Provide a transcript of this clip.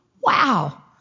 Wow